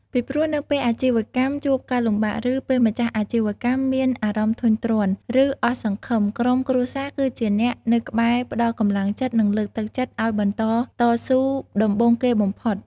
ពីព្រោះ នៅពេលអាជីវកម្មជួបការលំបាក ឬពេលម្ចាស់អាជីវកម្មមានអារម្មណ៍ធុញទ្រាន់ ឬអស់សង្ឃឹម ក្រុមគ្រួសារគឺជាអ្នកនៅក្បែរផ្តល់កម្លាំងចិត្ត និងលើកទឹកចិត្តឲ្យបន្តតស៊ូដំបូងគេបំផុត។